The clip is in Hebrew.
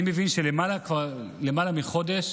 אני מבין שכבר למעלה מחודש